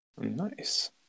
Nice